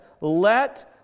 let